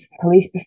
police